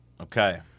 Okay